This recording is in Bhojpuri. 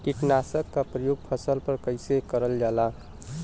कीटनाशक क प्रयोग फसल पर कइसे करल जाला?